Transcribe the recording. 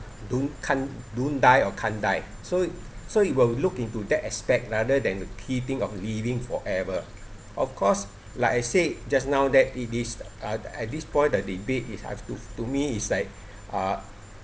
don't can't don't die or can't die so so it will look into that aspect rather than the key thing of living forever of course like I said just now that it is uh at this point the debate if I have to to me is like uh